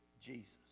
Jesus